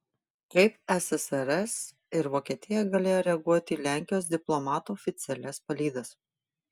kaip ssrs ir vokietija galėjo reaguoti į lenkijos diplomatų oficialias palydas